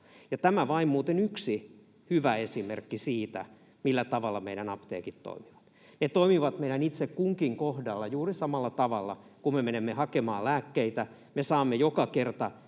muuten vain yksi hyvä esimerkki siitä, millä tavalla meidän apteekit toimivat. Ne toimivat meidän itse kunkin kohdalla juuri samalla tavalla. Kun menemme hakemaan lääkkeitä, saamme joka kerta